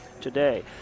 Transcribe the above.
today